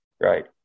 Right